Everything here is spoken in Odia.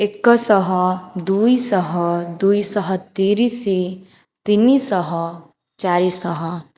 ଏକଶହ ଦୁଇଶହ ଦୁଇଶହ ତିରିଶି ତିନିଶହ ଚାରିଶହ